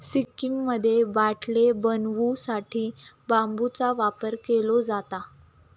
सिक्कीममध्ये बाटले बनवू साठी बांबूचा वापर केलो जाता